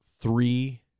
three